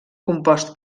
compost